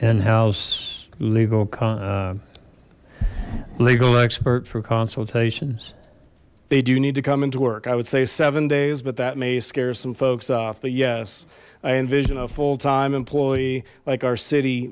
and house legal legal expert for consultations they do need to come into work i would say seven days but that may scare some folks off the yes i envision a full time employee like our city